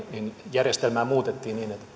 järjestelmää muutettiin niin että